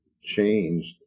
changed